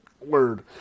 Word